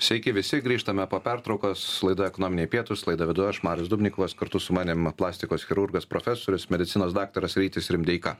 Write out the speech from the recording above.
sveiki visi grįžtame po pertraukos laida ekonominiai pietūs laidą vedu aš marius dubnikovas kartu su manim plastikos chirurgas profesorius medicinos daktaras rytis rimdeika